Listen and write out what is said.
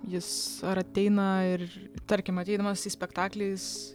jis ar ateina ir tarkim ateidamas į spektaklį jis